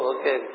Okay